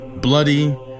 bloody